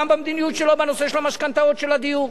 גם במדיניות שלו בנושא המשכנתאות של הדיור.